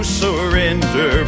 surrender